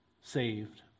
saved